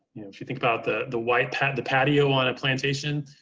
if you think about the the white pad, the patio on a plantation,